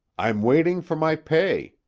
i'm waiting for my pay,